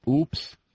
Oops